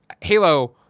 Halo